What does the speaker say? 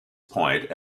point